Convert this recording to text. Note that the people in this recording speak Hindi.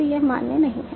तो यह मान्य नहीं है